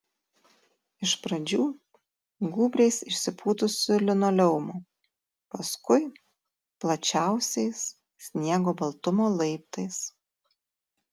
iš pradžių gūbriais išsipūtusiu linoleumu paskui plačiausiais sniego baltumo laiptais